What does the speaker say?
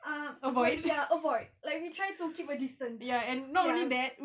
ah ya avoid like we try to keep a distance ya